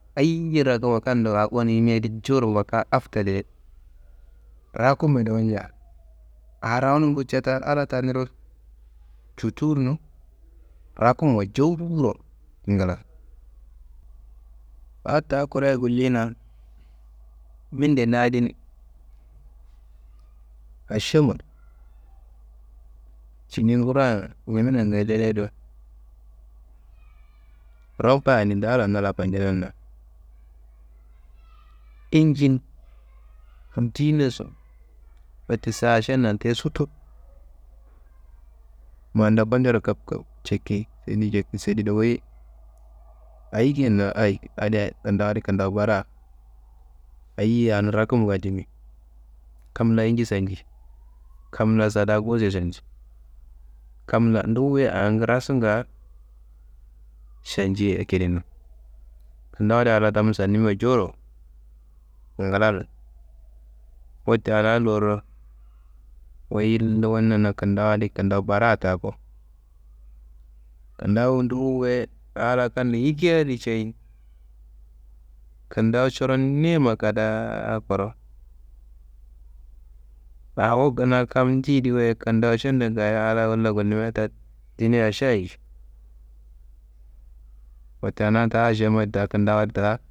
Ayiye rakumwa kando, a gonun yimia jowuro makaa, afdal ye, rakumbe do yiyia, a ranumbu ca ta Allayi ta niro cutuwunu, rakumuwa jowuro ngla. A ta koreye gulliyina, minde na adin, ašemma cine ngura, Ñamenan da dayei rompoya n daala n na la- n fandena, inji n diyinaso, wote sa ašembe nante suttu, ma ndokondero kap kap ceki, tendiyi ceki sedi dowo, wuyi ayi deyenna, hayi adi, kintawu adi kintawu baraa, ayiye anun rakumga dimi, kam la inji sanji, kam la sadaa gursuye sanji, kam la nduwuye angu rassunga šanci ye ekidi no, kintawu adi a la tammu sannimiwa jowuro ngla. Wote ana lorro, wuyi yil wunina kintawu adi kintawu baraa ta ko. Kintawu nduwuye a la kando yikia adi seyi, kintawu coron niyima kadaa korowo, awo kina kam ndeyedi wayi kintawu ašembe ngaya a la woli la gullumia ta yini ašaye nji. Wote ana ta ašem da kintawu ta.